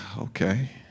okay